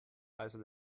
also